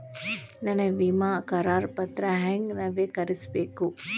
ನನ್ನ ವಿಮಾ ಕರಾರ ಪತ್ರಾ ಹೆಂಗ್ ನವೇಕರಿಸಬೇಕು?